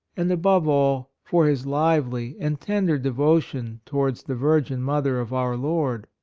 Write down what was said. and, above all, for his lively and tender devo tion towards the virgin mother of our lord.